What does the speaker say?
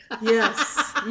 Yes